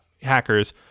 hackers